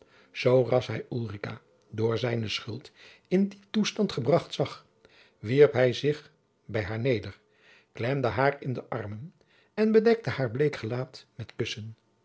zooras hij ulrica door zijne schuld in dien toestand gebracht zag wierp hij zich bij haar neder klemde haar in de armen en bedekte haar bleek gelaat met kussen